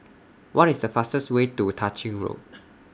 What IS The fastest Way to Tah Ching Road